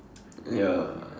ya